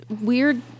weird